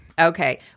Okay